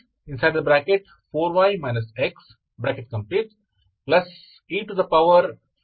ಆದ್ದರಿಂದ u ಈಗ uxy ಆಗುತ್ತದೆ